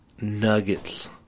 Nuggets